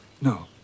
No